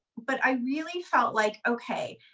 but i really felt like, okay.